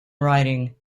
writing